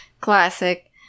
classic